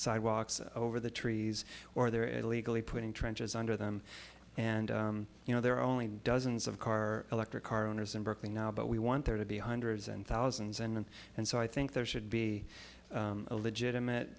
sidewalks over the trees or they're illegally putting trenches under them and you know there are only dozens of car electric car owners in berkeley now but we want there to be hundreds and thousands and and so i think there should be a legitimate